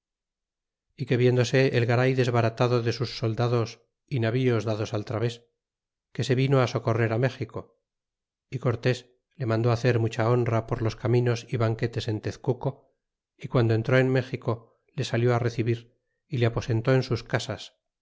y que viéndose el garay desbaratado de sus soldados y navíos dados al traves que se vino socorrer méxico y cortés le mandó hacer mucha honra por los caminos y banquetes en tezcuco y guando entró en méxico le salió recibir y le aposentó en sus casas